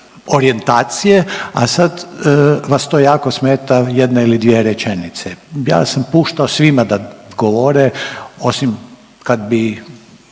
orijentacije, a sad vas to jako smeta jedna ili dvije rečenice. Ja sam puštao svima da govore osim kad bi,